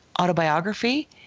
Autobiography